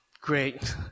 great